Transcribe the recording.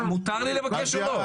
מותר לי לבקש או לא?